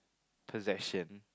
possession